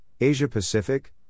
Asia-Pacific